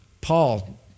Paul